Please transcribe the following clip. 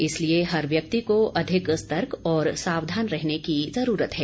इसलिए हर व्यक्ति को अधिक सतर्क और सावधान रहने की जरूरत है